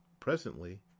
Presently